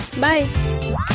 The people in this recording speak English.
Bye